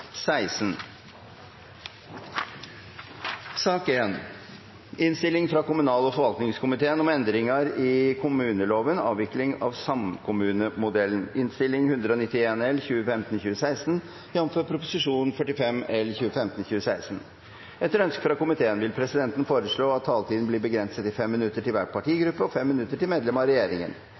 16. Etter ønske fra kommunal- og forvaltningskomiteen vil presidenten foreslå at taletiden blir begrenset til 5 minutter til hver partigruppe og 5 minutter til medlemmer av regjeringen.